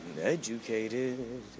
educated